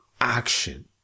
action